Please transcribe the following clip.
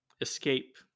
escape